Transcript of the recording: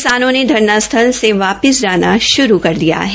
किसानों ने धरना स्थल से वापिस जाना श्रू कर दिया है